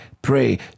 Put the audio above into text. Pray